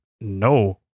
no